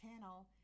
channel